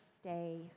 stay